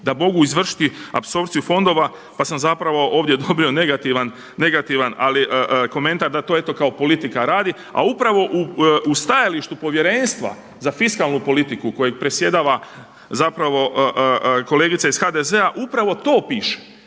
da mogu izvršiti apsorpciju fondova, pa sam zapravo ovdje dobio negativan komentar da to eto politika radi, a upravo u stajalištu Povjerenstva za fiskalnu politiku kojoj predsjedava kolegica iz HDZ-a upravo to piše